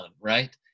right